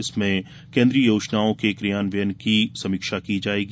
इसमें केन्द्रीय योजनाओं के कियान्वयन की समीक्षा की जायेगी